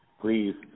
Please